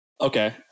Okay